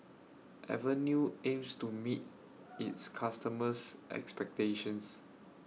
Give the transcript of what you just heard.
Avenue aims to meet its customers' expectations